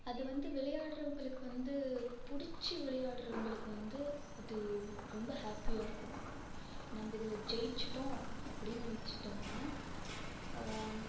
அது வந்து விளையாட்றவங்களுக்கு வந்து புடிச்சி விளையாட்றவங்களுக்கு வந்து அது ரொம்ப ஹேப்பியாக இருக்கும் நம்ப இதில் ஜெயிச்சுட்டோம் அப்படின்னு வெச்சுட்டோம்னா